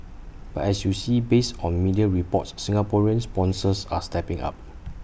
but as you see based on media reports Singaporean sponsors are stepping up